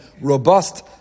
robust